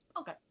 Okay